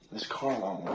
this car alarm